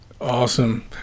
Awesome